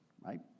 right